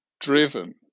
driven